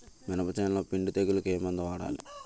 మినప చేనులో పిండి తెగులుకు ఏమందు వాడాలి?